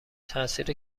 تاثیر